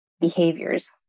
behaviors